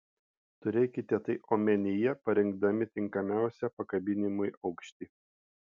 turėkite tai omenyje parinkdami tinkamiausią pakabinimui aukštį